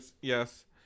yes